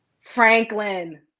franklin